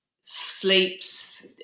sleeps